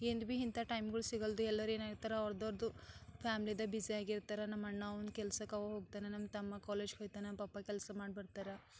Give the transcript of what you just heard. ಎಂದು ಭಿ ಇಂಥ ಟೈಮ್ಗಳು ಸಿಗಲ್ದು ಎಲ್ಲರು ಏನು ಆಯ್ತಾರ ಅವ್ರ್ದವ್ರ್ದು ಫ್ಯಾಮಿಲಿದೆ ಬಿಝಿ ಆಗಿರ್ತಾರೆ ನಮ್ಮ ಅಣ್ಣ ಅವ್ನ ಕೆಲ್ಸಕ್ಕೆ ಅವ ಹೋಗ್ತಾನೆ ನನ್ನ ತಮ್ಮ ಕಾಲೇಜ್ಗೆ ಹೋಗ್ತಾನೆ ಪಾಪ್ಪ ಕೆಲಸ ಮಾಡಿ ಬರ್ತಾರೆ